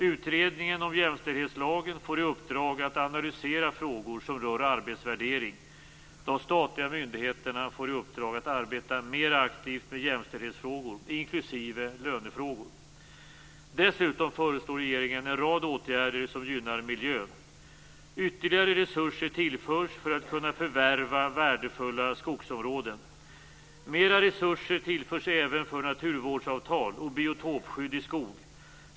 Utredningen om jämställdhetslagen får i uppdrag att analysera frågor som rör arbetsvärdering. De statliga myndigheterna får i uppdrag att arbeta mera aktivt med jämställdhetsfrågor, inklusive lönefrågor. Dessutom föreslår regeringen en rad åtgärder som gynnar miljön. Ytterligare resurser tillförs för att kunna förvärva värdefulla skogsområden. Mera resurser tillförs även för naturvårdsavtal och biotopskydd i skog.